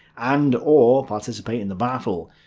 and or participate in the battle.